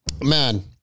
Man